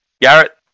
Garrett